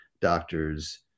doctors